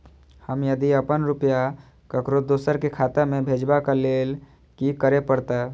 हम यदि अपन रुपया ककरो दोसर के खाता में भेजबाक लेल कि करै परत?